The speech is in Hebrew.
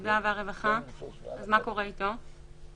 העבודה והרווחה, מה קורה איתו?